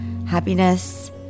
Happiness